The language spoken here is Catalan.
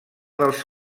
dels